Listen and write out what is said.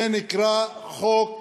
זה נקרא חוק